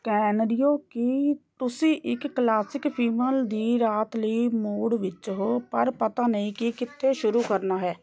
scenario ਕੀ ਤੁਸੀਂ ਇੱਕ ਕਲਾਸਿਕ ਫੀਮਲ ਦੀ ਰਾਤ ਲਈ ਮੂੜ ਵਿੱਚ ਹੋ ਪਰ ਪਤਾ ਨਹੀਂ ਕਿ ਕਿੱਥੇ ਸ਼ੁਰੂ ਕਰਨਾ ਹੈ